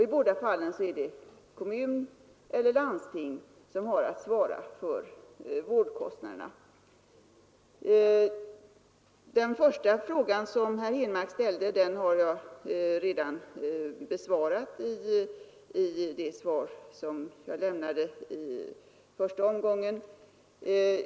I båda fallen är det kommunen eller landstinget som har att svara för vårdkostnaderna. Den första frågan herr Henmark ställde har jag redan besvarat i det svar jag lämnade i första omgången.